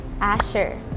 Asher